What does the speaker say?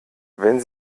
wenn